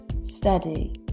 steady